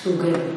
שהוא גבר.